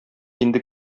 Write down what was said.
инде